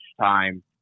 time